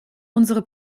unsere